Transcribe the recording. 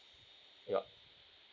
ya